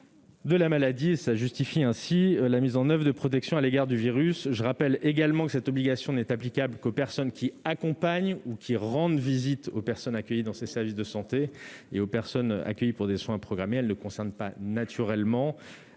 de la maladie, ce qui justifie la mise en oeuvre de protections à l'égard du virus. Je rappelle également que cette obligation n'est applicable qu'aux personnes qui accompagnent les personnes accueillies dans ces services de santé et les personnes accueillies pour des soins programmés ou qui leur rendent visite. Elle ne